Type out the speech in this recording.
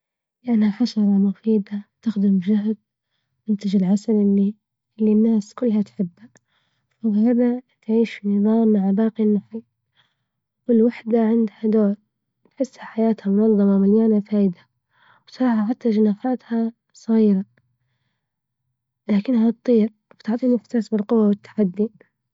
لإنها حشرة مفيدة ، تخدم جهد منتج العسل اللي ، اللي الناس كلها تحبه وفوج هذا تعيش نظام مع باقي النحل، والواحدة عندها دور تحسها حياتها منظمة مليانة فايدة، وصحة، حتى جناحاتها صغيرة، لكنها تطير وتعطيني إحساس بالقوة والتحدي.